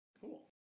Cool